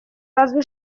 разве